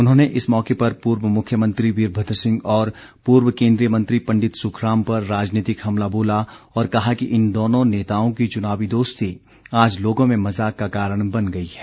उन्होंने इस मौके पर पूर्व मुख्यमंत्री वीरभद्र सिंह और पूर्व केन्द्रीय मंत्री पंडित सुखराम पर राजनीतिक हमला बोला और कहा कि इन दोनों नेताओं की चुनावी दोस्ती आज लोगों में मज़ाक का कारण बन गई है